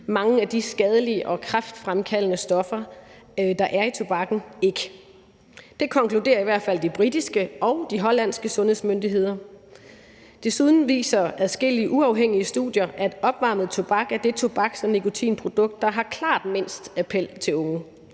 mange af de skadelige og kræftfremkaldende stoffer, der er i tobakken, ikke. Det konkluderer i hvert fald de britiske og de hollandske sundhedsmyndigheder. Desuden viser adskillige uafhængige studier, at opvarmet tobak er det tobaks- og nikotinprodukt, der har klart mindst appel til unge.